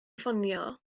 ffonio